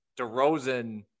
DeRozan